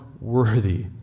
worthy